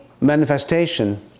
Manifestation